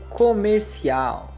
comercial